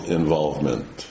involvement